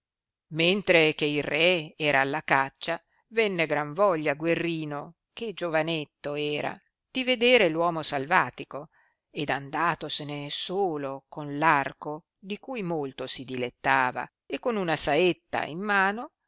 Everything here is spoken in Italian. mentre che il re era alla caccia venne gran voglia a guerrino che giovanetto era di vedere p uomo salvatico ed andatosene solo con p arco di cui molto si dilettava e con una saetta in mano